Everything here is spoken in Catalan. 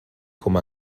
com